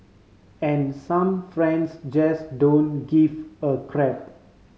and some friends just don't give a crap